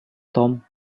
tom